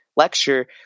Lecture